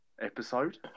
Episode